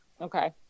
Okay